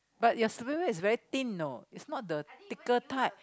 but your is very thin know it's not the thicker type